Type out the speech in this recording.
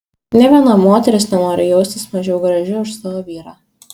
nė viena moteris nenori jaustis mažiau graži už savo vyrą